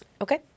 Okay